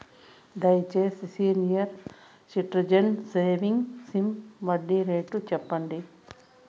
దయచేసి senior citizens savings scheme వడ్డీ rate సెప్పండి